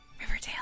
Riverdale